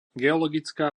geologická